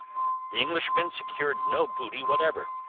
the englishmen secured no booty whatever,